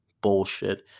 bullshit